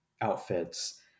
outfits